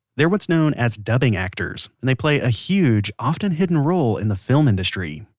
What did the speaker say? they're what's known as dubbing actors, and they play a huge, often hidden role in the film industry.